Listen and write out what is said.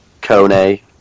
Kone